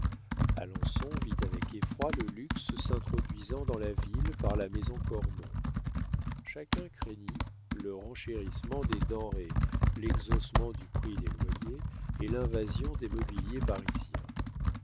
alençon vit avec effroi le luxe s'introduisant dans la ville par la maison cormon chacun craignit le renchérissement des denrées l'exhaussement du prix des loyers et l'invasion des mobiliers parisiens